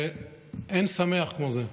ואין שמח כמו זה.